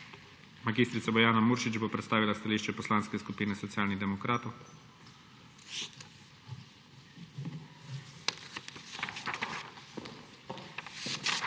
Mag. Bojana Muršič bo predstavila stališče Poslanske skupine Socialnih demokratov.